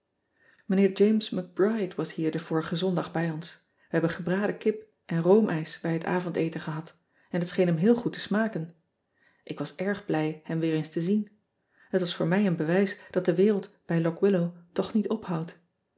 ijnheer ames c ride was hier den vorigen ondag bij ons e hebben gebraden kip en roomijs bij het avondeten gehad en het scheen hem heel goed te smaken k was erg blij hem weer eens te zien et was voor mij een bewijs dat de wereld bij ock illow toch niet ophoudt